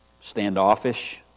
standoffish